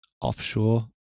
offshore